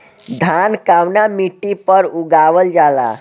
धान कवना मिट्टी पर उगावल जाला?